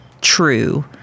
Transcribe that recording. true